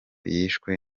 yishwe